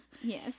Yes